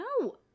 No